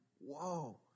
Whoa